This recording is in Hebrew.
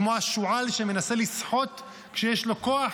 כמו השועל שמנסה לסחוט כשיש לו כוח?